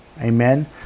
amen